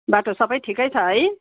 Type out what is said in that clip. बाटो सबै ठिकै छ है